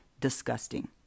Disgusting